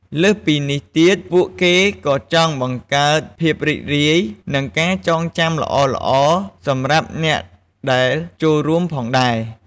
លើសពីនេះទៀត ពួកគេក៏ចង់បង្កើតភាពរីករាយ និងការចងចាំល្អៗសម្រាប់អ្នកដែលចូលរួមផងដែរ។